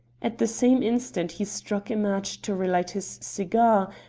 at the same instant he struck a match to relight his cigar,